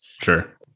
sure